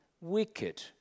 wicked